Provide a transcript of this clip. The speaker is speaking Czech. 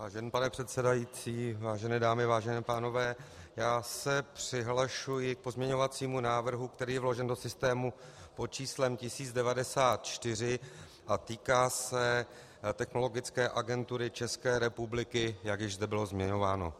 Vážený pane předsedající, vážené dámy, vážení pánové, já se přihlašuji k pozměňovacímu návrhu, který je vložen do systému pod číslem 1094 a týká se Technologické agentury České republiky, jak již zde bylo zmiňováno.